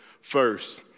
first